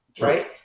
Right